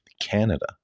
Canada